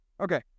Okay